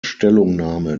stellungnahme